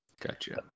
gotcha